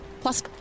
plus